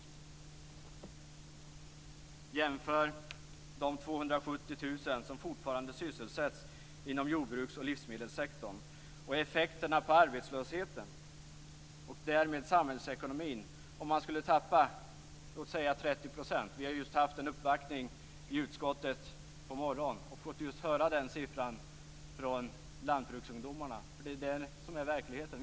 Vi kan se på de 270 000 personer som fortfarande sysselsätts inom jordbruks och livsmedelssektorn och effekterna på arbetslösheten, och därmed samhällsekonomin, om man skulle tappa låt säga 30 %. Vi har just haft en uppvaktning i utskottet på morgonen och fått höra den siffran från lantbruksungdomarna. Det är det som är verkligheten.